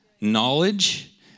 knowledge